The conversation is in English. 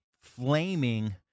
flaming